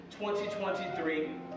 2023